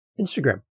Instagram